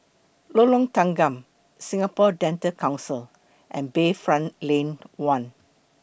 Lorong Tanggam Singapore Dental Council and Bayfront Lane one